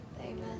Amen